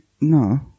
No